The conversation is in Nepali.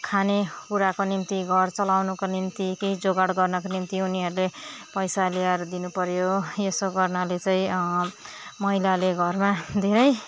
खाने कुराको निम्ति घर चलाउनुको निम्ति केही जोगाड गर्नको निम्ति उनीहरूले पैसा ल्याएर दिनु पऱ्यो यसो गर्नाले चाहिँ महिलाले घरमा धेरै